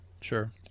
Sure